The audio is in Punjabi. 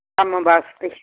ਕੰਮ ਵਾਸਤੇ